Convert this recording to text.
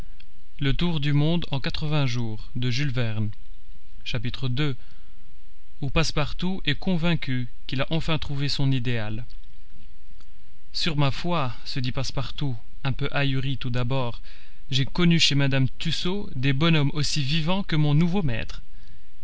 ii ou passepartout est convaincu qu'il a enfin trouve son ideal sur ma foi se dit passepartout un peu ahuri tout d'abord j'ai connu chez mme tussaud des bonshommes aussi vivants que mon nouveau maître